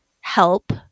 help